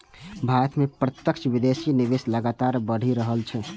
भारत मे प्रत्यक्ष विदेशी निवेश लगातार बढ़ि रहल छै